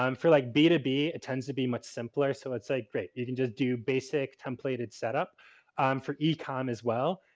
um for like b two b it tends to be much simpler. so, it's like great. you can just do basic templated set up for ecom as well.